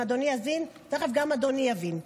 אם אדוני יבין, תכף גם אדוני יבין.